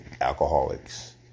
alcoholics